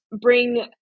bring